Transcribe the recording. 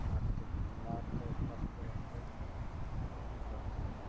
मारते हैं मारकर फर्स्ट क्लास का ऊ तू करते हैं